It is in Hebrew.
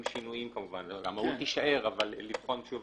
עם שינויים כמובן המהות תישאר אבל לבחון שוב